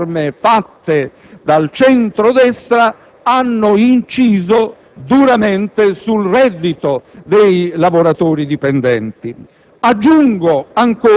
che le riforme varate dal centro‑destra hanno inciso duramente sul reddito dei lavoratori dipendenti.